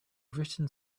written